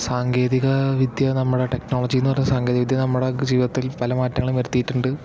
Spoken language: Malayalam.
സാങ്കേതിക വിദ്യ നമ്മുട് ടെക്നോളജീന്ന് പറഞ്ഞ സാങ്കേതിക വിദ്യ നമ്മുടെ ജീവിതത്തിൽ പലമാറ്റങ്ങളും വരുത്തിയിട്ടുണ്ട്